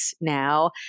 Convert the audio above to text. now